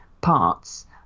parts